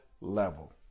level